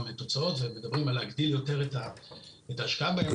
תוצאות ומדברים על להגדיל יותר את ההשקעה בהן.